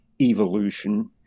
evolution